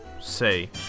Say